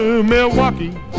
Milwaukee